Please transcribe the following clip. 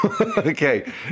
Okay